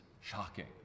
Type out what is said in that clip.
Shocking